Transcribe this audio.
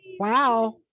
Wow